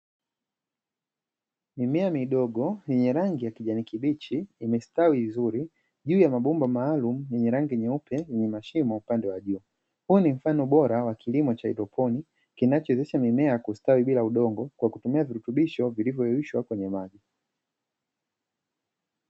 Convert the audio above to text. Mimea midogo yenye rangi ya kijani kibichi imestawi vizuri, juu ya mabomba maalumu yenye rangi nyeupe yenye mashimo upande wa juu, huu ni mfano bora wa kilimo cha haidroponi, kinachowezesha mimea kustawi bila udongo, kwa kutumia virutubisho vinavyoyeyushwa kwenye maji.